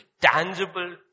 tangible